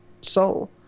soul